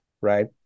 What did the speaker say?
right